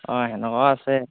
অঁ তেনেকুৱাও আছে